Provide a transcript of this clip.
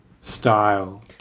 style